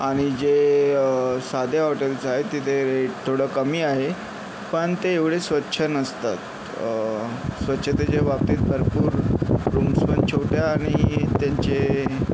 आणि जे साधे हॉटेल्स आहेत तिथे रेट थोडं कमी आहे पण ते एवढे स्वच्छ नसतात स्वच्छतेच्या बाबतीत भरपूर रूम्स पण छोट्या आणि त्यांचे